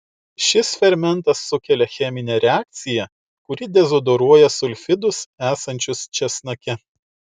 šis fermentas sukelia cheminę reakciją kuri dezodoruoja sulfidus esančius česnake